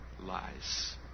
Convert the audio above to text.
lies